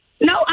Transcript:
No